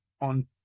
on